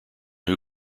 who